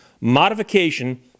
modification